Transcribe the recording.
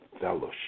fellowship